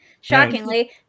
Shockingly